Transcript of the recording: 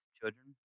children